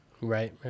Right